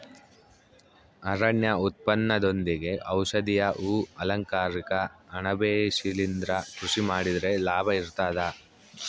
ಅರಣ್ಯ ಉತ್ಪನ್ನದೊಂದಿಗೆ ಔಷಧೀಯ ಹೂ ಅಲಂಕಾರಿಕ ಅಣಬೆ ಶಿಲಿಂದ್ರ ಕೃಷಿ ಮಾಡಿದ್ರೆ ಲಾಭ ಇರ್ತದ